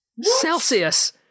Celsius